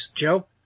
Joe